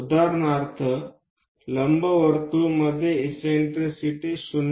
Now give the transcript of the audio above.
उदाहरणार्थ लंबवर्तुळमध्ये इससेन्ट्रिसिटी 0